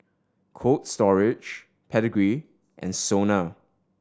Cold Storage Pedigree and SONA